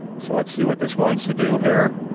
so let's see what this wants to do here.